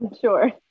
Sure